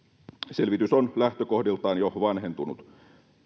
selvitys on lähtökohdiltaan jo vanhentunut